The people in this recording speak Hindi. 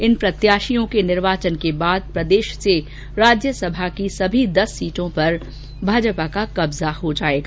इन प्रत्याशियों के निर्वाचन के बाद प्रदेश से राज्यसभा की सभी दस सीटों पर भाजपा का कब्जा हो जायेगा